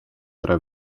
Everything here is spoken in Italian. tre